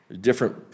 different